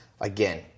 again